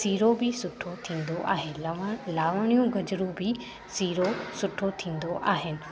सीरो बि सुठो थींदो आहे लहण लावणियूं गजरूं बि सीरो सुठो थींदो आहे